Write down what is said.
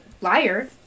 Liar